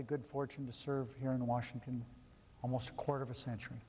the good fortune to serve here in washington almost a quarter of a century